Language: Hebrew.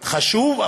חשוב,